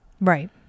right